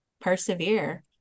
persevere